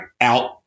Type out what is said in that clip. Out